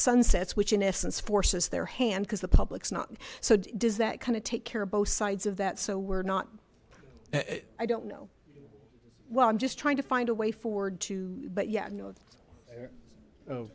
sunsets which in essence forces their hand because the public's not so does that kind of take care of both sides of that so we're not i don't know what i'm just trying to find a way forward to but yeah